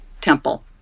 temple